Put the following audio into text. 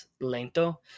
lento